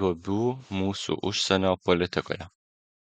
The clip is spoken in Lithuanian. duobių mūsų užsienio politikoje